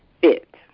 Fit